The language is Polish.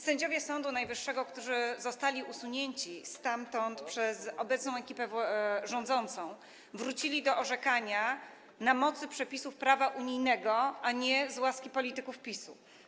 Sędziowie Sądu Najwyższego, którzy zostali usunięci stamtąd przez obecną ekipę rządzącą, wrócili do orzekania na mocy przepisów prawa unijnego, a nie z łaski polityków PiS-u.